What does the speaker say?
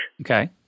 Okay